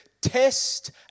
test